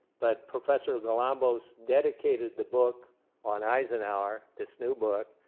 but professor galambos dedicated the book on eisenhower, this new book,